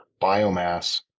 biomass